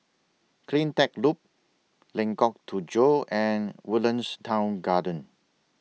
CleanTech Loop Lengkok Tujoh and Woodlands Town Garden